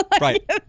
Right